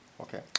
Okay